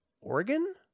organ